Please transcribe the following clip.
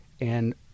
and-